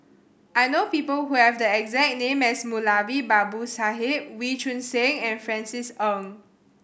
I know people who have the exact name as Moulavi Babu Sahib Wee Choon Seng and Francis Ng